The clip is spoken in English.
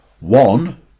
one